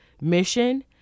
mission